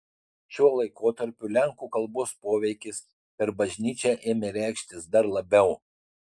šiuo laikotarpiu lenkų kalbos poveikis per bažnyčią ėmė reikštis dar labiau